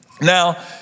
Now